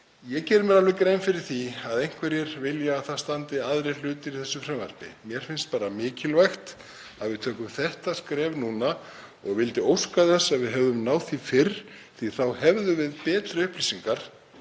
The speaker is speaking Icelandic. Ég geri mér alveg grein fyrir því að einhverjir vilja að aðrir hlutir standi í þessu frumvarpi. Mér finnst bara mikilvægt að við stígum þetta skref núna og ég vildi óska þess að við hefðum náð því fyrr því að þá hefðum við betri upplýsingar